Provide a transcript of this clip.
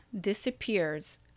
disappears